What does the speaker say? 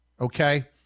okay